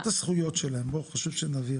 לא את הזכויות שלהם, חשוב שנבהיר.